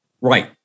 Right